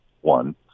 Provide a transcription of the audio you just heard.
one